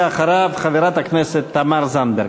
ואחריו, חברת הכנסת תמר זנדברג.